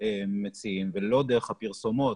מציעים ולא דרך הפרסומות.